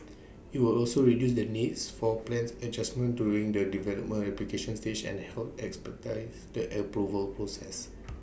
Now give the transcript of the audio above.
IT will also reduce the need for plans adjustment during the development application stage and help expertise the approval process